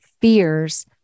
fears